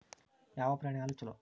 ಯಾವ ಪ್ರಾಣಿ ಹಾಲು ಛಲೋ?